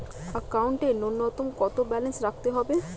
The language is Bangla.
একাউন্টে নূন্যতম কত ব্যালেন্স রাখতে হবে?